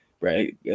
right